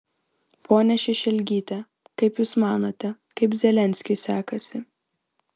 ponia šešelgyte kaip jūs manote kaip zelenskiui sekasi